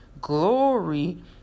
glory